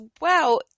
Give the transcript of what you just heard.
Wow